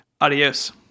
Adios